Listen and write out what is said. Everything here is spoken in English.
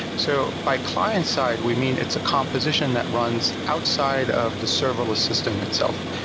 so by client side we mean it's a composition that runs outside of the serverless system itself.